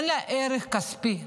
אין ערך כספי,